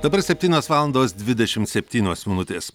dabar septynios valandos dvidešimt septynios minutės